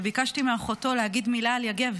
וביקשתי מאחותו להגיד מילה על יגב,